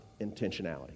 intentionality